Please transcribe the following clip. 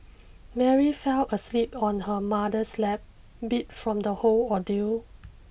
Mary fell asleep on her mother's lap beat from the whole ordeal